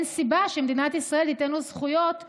אין סיבה שמדינת ישראל תיתן לו זכויות שונות,